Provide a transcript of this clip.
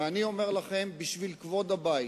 ואני אומר לכם בשביל כבוד הבית,